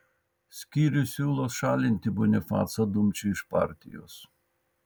skyrius siūlo šalinti bonifacą dumčių iš partijos